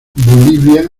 bolivia